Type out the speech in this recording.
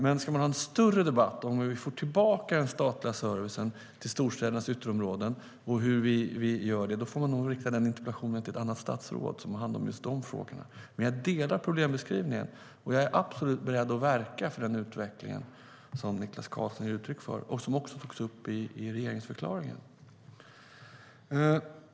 Men vill man ha en större debatt om hur vi får tillbaka den statliga servicen till storstädernas ytterområden får man nog rikta interpellationen till ett annat statsråd, som har hand om just den frågan. Men jag delar problembeskrivningen och är absolut beredd att verka för den utveckling som Niklas Karlsson ger uttryck för och som också togs upp i regeringsförklaringen.